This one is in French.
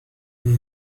vous